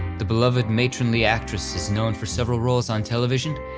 the beloved matronly actress is known for several roles on television,